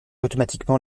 automatiquement